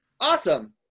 Awesome